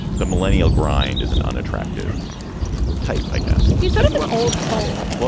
the millennial grind is an unattractive type, i guess he's sort of an old soul.